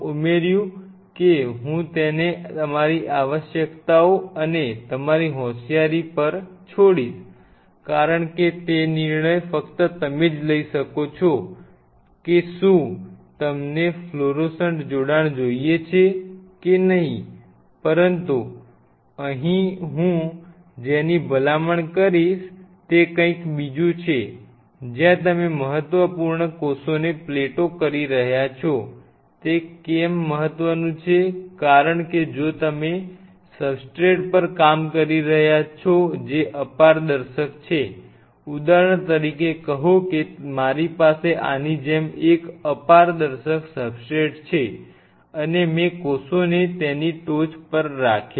ઉદાહરણ તરીકે કહો કે મારી પાસે આની જેમ એક અપારદર્શક સબસ્ટ્રેટ છે અને મેં કોષોને તેની ટોચ પર રાખ્યા